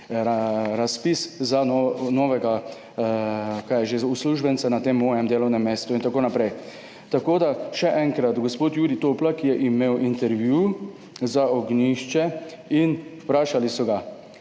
razpis za novega uslužbenca na tem mojem delovnem mestu in tako naprej. Tako da, še enkrat, gospod Jurij Toplak je imel intervju za Ognjišče in vprašali so ga: